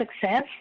success